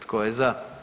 Tko je za?